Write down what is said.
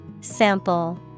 Sample